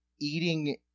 eating